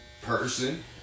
person